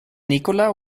nikola